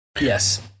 Yes